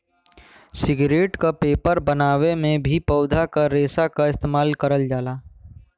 cigarette क paper बनावे में भी पौधा के रेशा क इस्तेमाल करल जाला